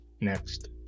next